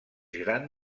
gran